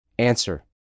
Answer